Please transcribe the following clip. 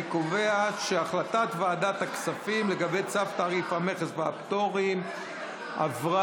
אני קובע שהחלטת ועדת הכספים לגבי צו תעריף המכס והפטורים עברה.